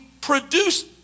produce